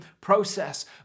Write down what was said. process